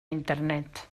internet